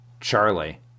Charlie